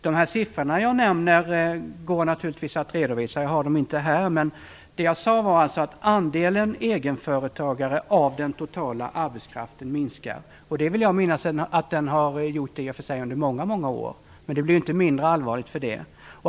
De siffror som jag nämnt kan naturligtvis redovisas. Jag har dem inte här. Vad jag sagt är alltså att andelen egenföretagare av den totala arbetskraften minskar. Jag vill minnas att den andelen har minskat i många år, men det blir ju inte mindre allvarligt för det.